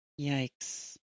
yikes